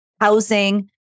housing